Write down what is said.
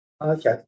Okay